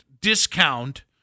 discount